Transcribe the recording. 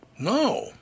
No